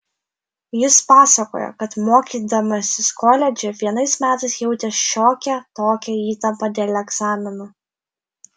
jis pasakojo kad mokydamasis koledže vienais metais jautė šiokią tokią įtampą dėl egzaminų